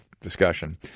discussion